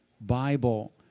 Bible